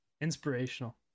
inspirational